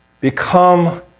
Become